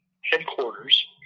headquarters